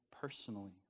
personally